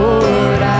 Lord